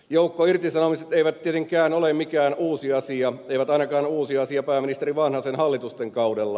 joukkoirtisanomiset eivät tietenkään ole mikään uusi asia eivät ainakaan uusi asia pääministeri vanhasen hallitusten kaudella